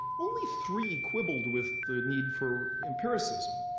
only three quibbled with the need for empiricism.